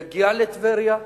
יגיע לטבריה.